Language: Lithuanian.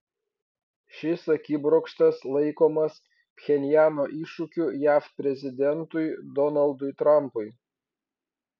šis akibrokštas laikomas pchenjano iššūkiu jav prezidentui donaldui trampui